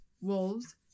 wolves